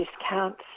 discounts